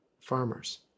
farmers